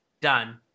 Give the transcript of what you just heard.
done